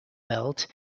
belt